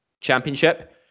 championship